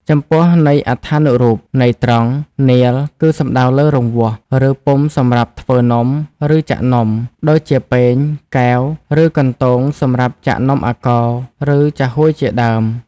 ចំពោះន័យអត្ថានុរូប ន័យត្រង់ នាឡិ គឺសំដៅលើរង្វាស់ ឬពុម្ពសម្រាប់ធ្វើនំ ឬចាក់នំ ដូចជាពែង កែវ ឬកន្ទោងសម្រាប់ចាក់នំអាកោរ ឬចាហួយជាដើម។